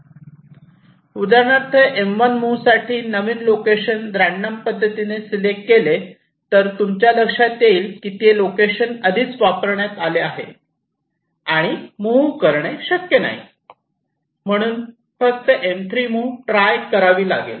उदाहरणार्थ M1 move साठी नवीन लोकेशन रॅण्डम पद्धतीने सिलेक्ट केले तर तुमच्या लक्षात येईल की ते लोकेशन आधीच वापरण्यात आले आहे आणि मूव्ह करणे शक्य नाही म्हणून फक्त M3 मूव्ह ट्राय करावे लागेल